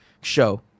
show